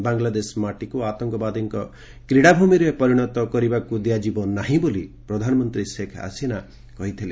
ବାଂଗଲାଦେଶ ମାଟିକୁ ଆତଙ୍କବାଦୀଙ୍କ କ୍ରୀଡାଭୂମିରେ ପରିଣତ କରିବାକୁ ଦିଆଯିବ ନାହିଁ ବୋଲି ପ୍ରଧାନମନ୍ତ୍ରୀ ଶେଖ୍ ହସିନା କହିଥିଲେ